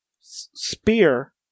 Spear